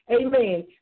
amen